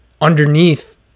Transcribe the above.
underneath